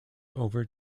over